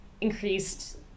increased